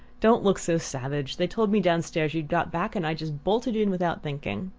don't look so savage! they told me downstairs you'd got back, and i just bolted in without thinking.